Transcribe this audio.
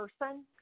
person